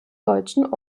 deutschen